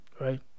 Right